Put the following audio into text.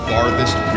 Farthest